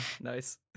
Nice